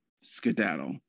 skedaddle